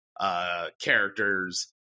characters